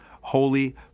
holy